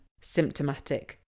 symptomatic